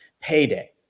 payday